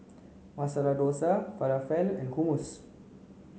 Masala Dosa Falafel and Hummus